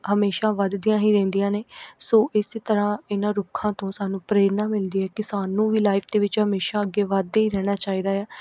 ਹਮੇਸ਼ਾ ਵੱਧਦੀਆਂ ਹੀ ਰਹਿੰਦੀਆਂ ਨੇ ਸੋ ਇਸੇ ਤਰ੍ਹਾਂ ਇਹਨਾਂ ਰੁੱਖਾਂ ਤੋਂ ਸਾਨੂੰ ਪ੍ਰੇਰਨਾ ਮਿਲਦੀ ਹੈ ਕਿ ਸਾਨੂੰ ਵੀ ਲਾਈਫ ਦੇ ਵਿੱਚ ਹਮੇਸ਼ਾ ਅੱਗੇ ਵੱਧਦੇ ਹੀ ਰਹਿਣਾ ਚਾਹੀਦਾ ਹੈ